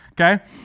okay